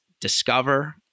discover